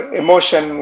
emotion